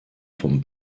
vom